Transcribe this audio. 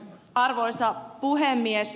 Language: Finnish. arvoisa puhemies